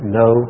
no